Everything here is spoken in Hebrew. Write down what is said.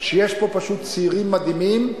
כי יש פה פשוט צעירים מדהימים.